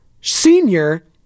senior